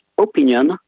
opinion